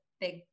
big